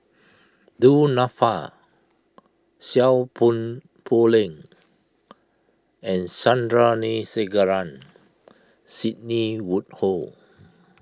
Du Nanfa Seow Poh Leng and Sandrasegaran Sidney Woodhull